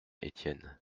étienne